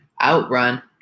outrun